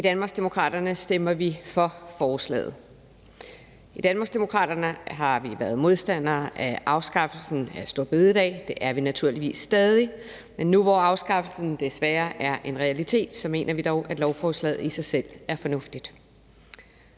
I Danmarksdemokraterne stemmer vi for forslaget. I Danmarksdemokraterne har vi været modstandere af afskaffelsen af store bededag, og det er vi naturligvis stadig, men nu, hvor afskaffelsen desværre er en realitet, mener vi dog, at lovforslaget i sig selv er fornuftigt.